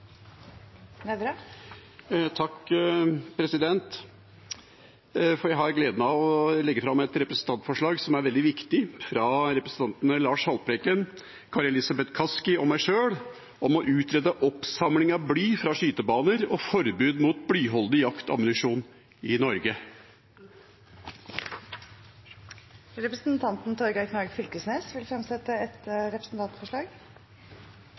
Nævra vil fremsette et representantforslag. Jeg har gleden av å legge fram et representantforslag som er veldig viktig, fra representantene Lars Haltbrekken, Kari Elisabeth Kaski og meg sjøl om å utrede oppsamling av bly fra skytebaner og forbud mot blyholdig jaktammunisjon i Norge. Representanten Torgeir Knag Fylkesnes vil fremsette et representantforslag.